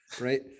right